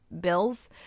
bills